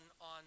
on